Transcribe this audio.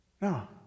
no